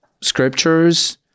scriptures